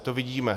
To vidíme.